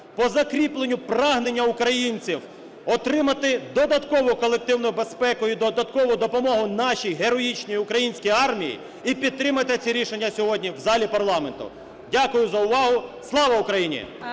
по закріпленню прагнення українців отримати додаткову колективну безпеку і додаткову допомогу нашій героїчній українській армії і підтримати ці рішення сьогодні в залі парламенту. Дякую за увагу. Слава Україні!